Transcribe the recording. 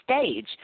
stage